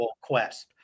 quest